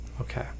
Okay